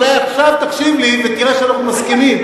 אולי עכשיו תקשיב לי ותראה שאנחנו מסכימים.